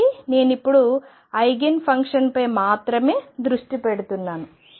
కాబట్టి నేను ఇప్పుడు ఐగెన్ ఫంక్షన్ పై మాత్రమే దృష్టి పెడుతున్నాను